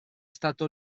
stato